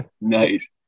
Nice